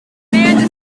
man